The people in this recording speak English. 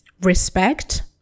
respect